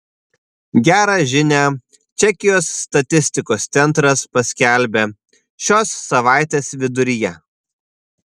gerą žinią čekijos statistikos centras paskelbė šios savaitės viduryje